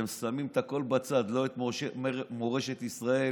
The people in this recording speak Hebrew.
אתם שמים את הכול בצד, לא מורשת ישראל,